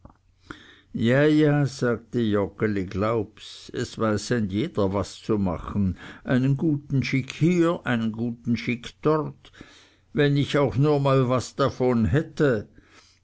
ja ja sagte joggeli glaubs es weiß ein je der was zu machen einen guten schick hier einen guten schick dort wenn ich auch nur mal was davon hätte